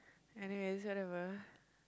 anyways whatever